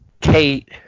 Kate